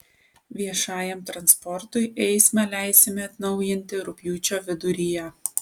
viešajam transportui eismą leisime atnaujinti rugpjūčio viduryje